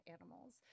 animals